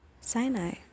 sinai